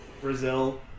Brazil